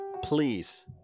Please